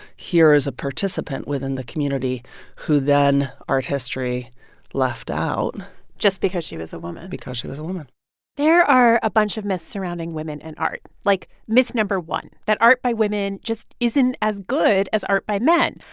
here is a participant within the community who then art history left out just because she was a woman because she was a woman there are a bunch of myths surrounding women and art, like myth no. one that art by women just isn't as good as art by men.